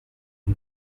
and